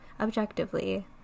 objectively